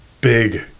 big